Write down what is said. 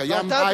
קיים בית,